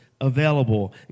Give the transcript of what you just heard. available